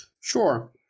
Sure